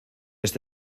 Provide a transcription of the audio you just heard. este